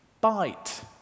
bite